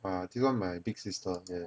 ah this [one] my big sister